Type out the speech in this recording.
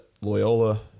Loyola